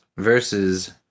Versus